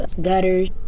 gutters